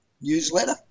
newsletter